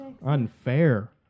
Unfair